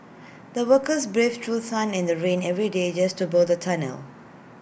the workers braved through sun and rain every day just to build the tunnel